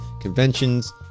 conventions